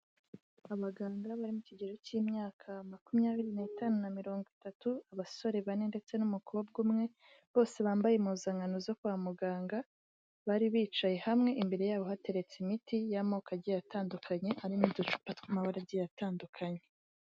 Abaganga bari mu kigero cy'imyaka makumyabiri n'itanu na mirongo itatu abasore bane ndetse n'umukobwa umwe bose bambaye impuzankano zo kwa muganga bari bicaye hamwe imbere yabo hateretse imiti y'amoko agiye atandukanye arimo uducupa twamabara agiye atandukanye.